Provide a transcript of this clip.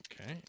Okay